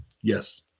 Yes